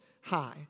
High